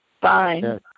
Fine